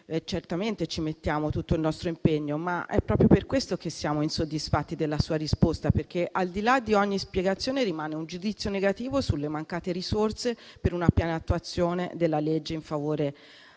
certamente ci mettiamo tutto il nostro impegno. Ma è proprio per questo che siamo insoddisfatti della sua risposta perché, al di là di ogni spiegazione, rimane il giudizio negativo sulle mancate risorse per una piena attuazione della legge in favore